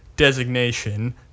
designation